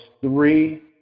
three